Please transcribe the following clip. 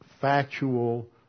factual